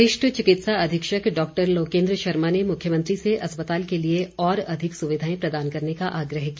वरिष्ठ चिकित्सा अधीक्षक डॉक्टर लोकेन्द्र शर्मा ने मुख्यमंत्री से अस्पताल के लिए और अधिक सुविधाएं प्रदान करने का आग्रह किया